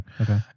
Okay